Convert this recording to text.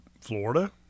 Florida